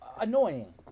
annoying